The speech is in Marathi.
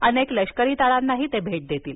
अनेक लष्करी तळांनाही ते भेट देतील